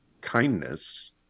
kindness